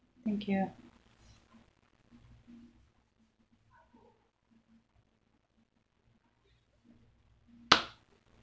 thank you